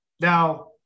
Now